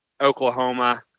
Oklahoma